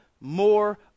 more